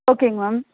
ஓகேங்க மேம்